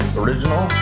original